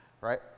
Right